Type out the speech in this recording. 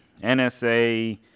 NSA